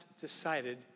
decided